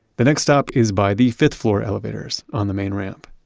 the next stop is by the fifth-floor elevators, on the main ramp